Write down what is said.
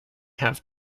have